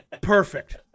perfect